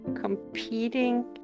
competing